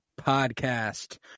Podcast